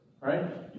right